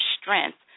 strength